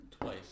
twice